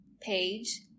page